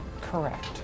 Correct